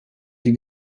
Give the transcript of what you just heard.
die